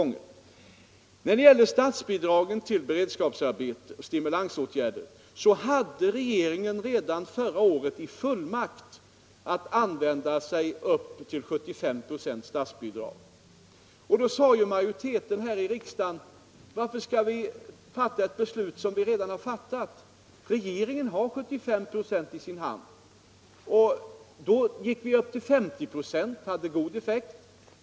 När det gäller statsbidragen till beredskapsarbeten och stimulansåtgärder fick regeringen redan förra året en fullmakt att använda statsbidrag upp till 75 ?å. Då undrade majoriteten här i riksdagen varför de skulle fatta ett beslut som redan fattats. Regeringen fick 75 26 i sin hand. Vi gick upp till 50 26, vilket gav god effekt.